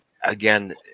again